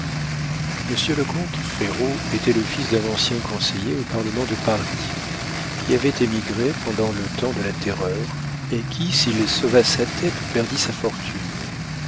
monsieur le comte ferraud était le fils d'un ancien conseiller au parlement de paris qui avait émigré pendant le temps de la terreur et qui s'il sauva sa tête perdit sa fortune